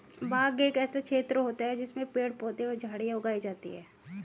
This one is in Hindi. बाग एक ऐसा क्षेत्र होता है जिसमें पेड़ पौधे और झाड़ियां उगाई जाती हैं